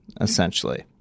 essentially